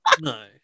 No